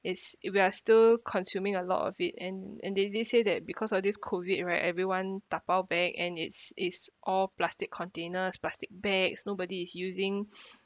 it's if we are still consuming a lot of it and and they did say that because of this COVID right everyone dapao back and it's it's all plastic containers plastic bags nobody is using